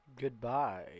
Goodbye